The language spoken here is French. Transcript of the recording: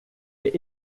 est